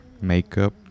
makeup